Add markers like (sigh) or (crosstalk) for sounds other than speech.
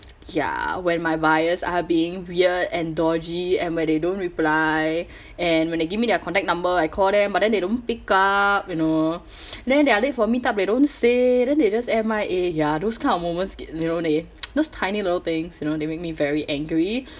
ya when my buyers are being weird and dodgy and where they don't reply (breath) and when they give me their contact number I call them but then they don't pick up you know (breath) then they are late for meet up they don't say then they just M_I_A ya those kind of moments get you know leh (noise) those tiny little things you know they make me very angry